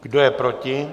Kdo je proti?